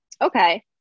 Okay